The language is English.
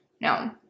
No